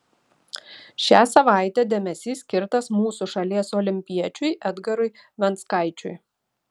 šią savaitę dėmesys skirtas mūsų šalies olimpiečiui edgarui venckaičiui